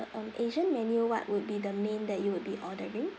um asian menu what would be the main that you will be ordering